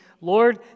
Lord